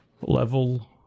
level